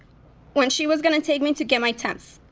when she was gonna take me to get my temps.